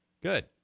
Good